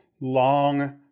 long